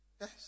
Yes